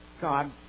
God